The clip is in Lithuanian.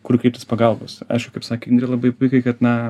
kur kreiptis pagalbos aišku kaip sakė indrė labai puikiai kad na